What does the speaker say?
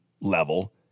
level